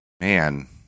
man